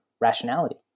rationality